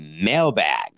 Mailbag